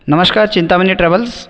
नमस्कार चिंतामणी ट्रॅव्हल्स्